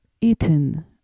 eaten